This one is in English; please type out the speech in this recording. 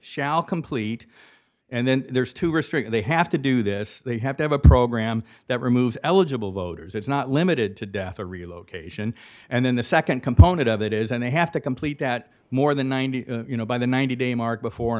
shall complete and then there's to restrict they have to do this they have to have a program that removes eligible voters it's not limited to death or relocation and then the second component of it is and they have to complete that more than ninety you know by the ninety day mark before